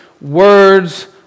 words